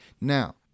Now